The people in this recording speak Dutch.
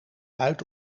uit